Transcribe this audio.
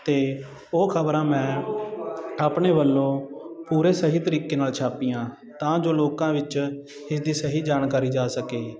ਅਤੇ ਉਹ ਖ਼ਬਰਾਂ ਮੈਂ ਆਪਣੇ ਵੱਲੋਂ ਪੂਰੇ ਸਹੀ ਤਰੀਕੇ ਨਾਲ ਛਾਪੀਆਂ ਤਾਂ ਜੋ ਲੋਕਾਂ ਵਿੱਚ ਇਸਦੀ ਸਹੀ ਜਾਣਕਾਰੀ ਜਾ ਸਕੇ